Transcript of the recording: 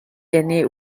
tiene